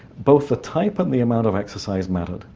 both the type and the amount of exercise mattered.